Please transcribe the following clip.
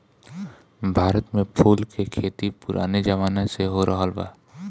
भारत में फूल के खेती पुराने जमाना से होरहल बा